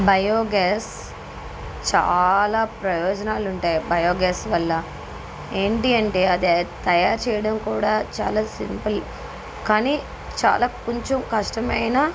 biogas చాలా ప్రయోజనాలు ఉంటాయి బయోగ్యాస్ వల్ల ఏంటి అంటే అది తయారు చేయడం కూడా చాలా సింపుల్ కానీ చాలా కొంచెం కష్టమైన